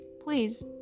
please